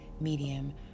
medium